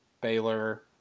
Baylor